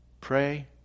pray